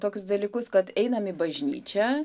tokius dalykus kad einam į bažnyčią